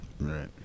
right